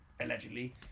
allegedly